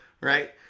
right